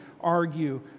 argue